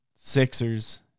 Sixers